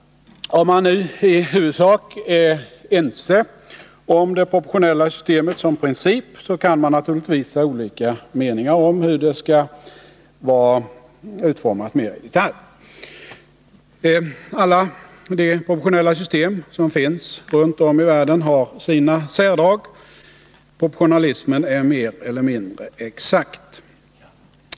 Om man nu i huvudsak är ense om det proportionella systemet som princip, så kan man naturligtvis ha olika meningar om hur det mera i detalj skall vara utformat. Alla proportionella system runt om i världen har sina särdrag. Proportionalismen är mer eller mindre exakt.